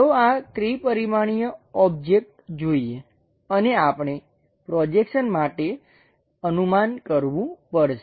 ચાલો આ ત્રિ પરિમાણીય ઓબ્જેક્ટ જોઈએ અને આપણે પ્રોજેક્શન માટે અનુમાન કરવું પડશે